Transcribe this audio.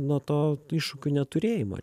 nuo to iššūkių neturėjimo